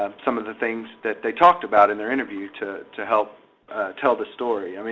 um some of the things that they talked about in their interview to to help tell the story. i mean